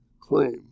claim